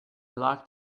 locked